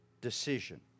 decision